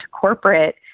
corporate